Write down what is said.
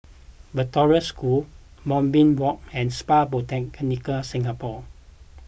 Victoria School Moonbeam Walk and Spa Botanica Singapore